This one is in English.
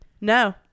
No